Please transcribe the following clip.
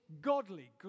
godly